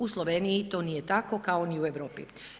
U Sloveniji to nije tako, kao ni u Europi.